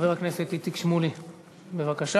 חבר הכנסת איציק שמולי, בבקשה.